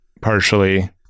partially